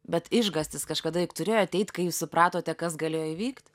bet išgąstis kažkada juk turėjo ateit kai jūs supratote kas galėjo įvykt